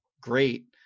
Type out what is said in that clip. great